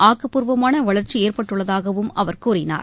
ஆக்கப்பூர்வமான வளர்ச்சி ஏற்பட்டுள்ளதாகவும் அவர் கூறினார்